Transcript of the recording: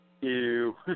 Ew